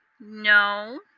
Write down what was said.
No